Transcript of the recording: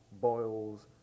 boils